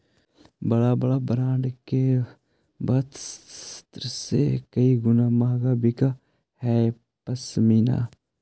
बड़ा बड़ा ब्राण्ड के वस्त्र से कई गुणा महँगा बिकऽ हई पशमीना